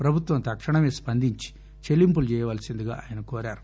ప్రభుత్వం తక్షణమే స్పందించి చెల్లింపులు చేయవలసిందిగా ఆయన కోరారు